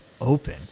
open